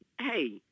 hey